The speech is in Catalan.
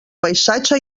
paisatge